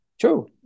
true